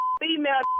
female